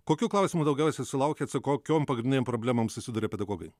kokių klausimų daugiausiai sulaukiat su kokiom pagrindinėm problemom susiduria pedagogai